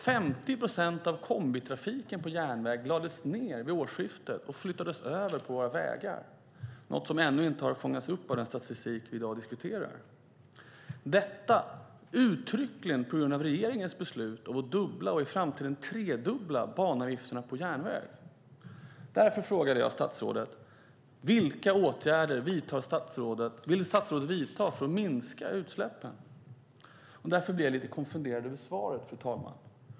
50 procent av kombitrafiken på järnväg lades ned vid årsskiftet och flyttades över på våra vägar - något som ännu inte har fångats upp av den statistik som vi i dag diskuterar. Detta sker uttryckligen på grund av regeringens beslut om att dubbla och i framtiden tredubbla banavgiften på järnväg. Därför frågade jag statsrådet: Vilka åtgärder vill statsrådet vidta för att minska utsläppen? Och därför blev jag lite konfunderad över svaret, fru talman.